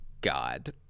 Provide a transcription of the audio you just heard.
god